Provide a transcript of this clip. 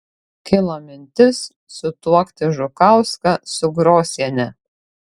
kilo mintis sutuokti žukauską su grosiene